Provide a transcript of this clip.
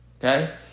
okay